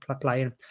playing